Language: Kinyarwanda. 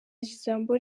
ijambo